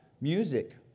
music